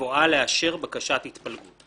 בבואה לאשר בקשת התפלגות.